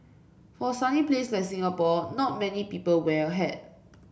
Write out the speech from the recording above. for a sunny place like Singapore not many people wear a hat